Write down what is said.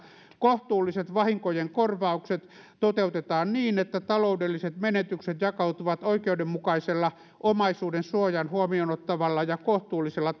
kohtuulliset vahinkojen korvaukset toteutetaan niin että taloudelliset menetykset jakautuvat oikeudenmukaisella omaisuudensuojan huomioonottavalla ja kohtuullisella